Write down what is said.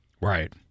right